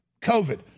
COVID